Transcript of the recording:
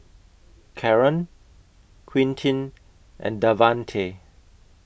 Caron Quintin and Davante